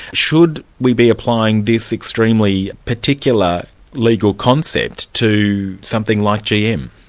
should we be applying this extremely particular legal concept to something like gm?